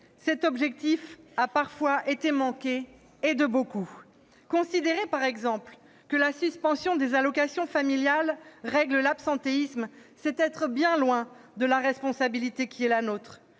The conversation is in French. Cet objectif a parfois été manqué, et de beaucoup : considérer, par exemple, que la suspension des allocations familiales réglera l'absentéisme, c'est être bien loin de la responsabilité qui est la nôtre